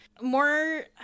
more